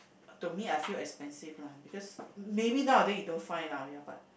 to me I feel expensive lah because maybe nowadays you don't find lah ya but